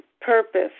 purpose